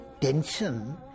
tension